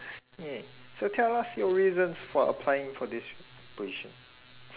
yeah so tell us your reasons for applying for this position